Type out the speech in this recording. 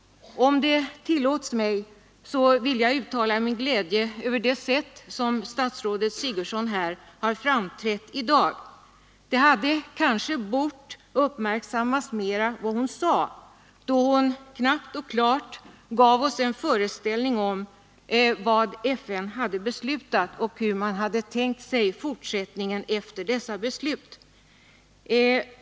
Om det tillåts mig, vill jag uttala min glädje över det sätt på vilket statsrådet Sigurdsen har framträtt i dag. Det som hon sade hade kanske bort uppmärksammas mera, då hon knappt och klart gav oss en föreställning om vad FN hade beslutat och hur man hade tänkt sig fortsättningen efter detta beslut.